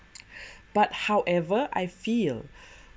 but however I feel